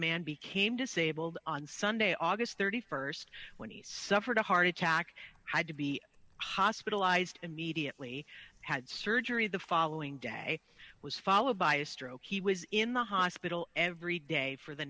man became disabled on sunday august st when he suffered a heart attack had to be hospitalized immediately had surgery the following day was followed by a stroke he was in the hospital every day for the